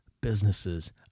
businesses